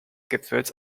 gipfels